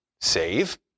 save